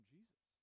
Jesus